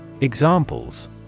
Examples